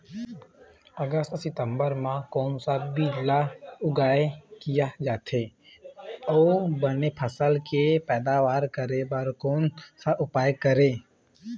अगस्त सितंबर म कोन सा बीज ला उगाई किया जाथे, अऊ बने फसल के पैदावर करें बर कोन सा उपाय करें?